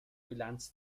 bilanz